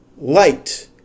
light